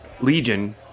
Legion